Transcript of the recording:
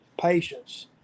patience